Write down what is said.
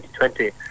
2020